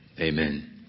Amen